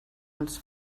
els